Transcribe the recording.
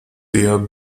der